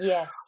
Yes